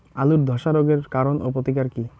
আলুর ধসা রোগের কারণ ও প্রতিকার কি?